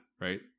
right